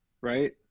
right